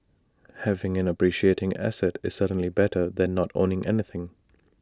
having an appreciating asset is certainly better than not owning anything